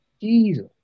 Jesus